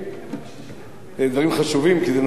זה דברים חשובים כי זה נוגע לעיר שלך.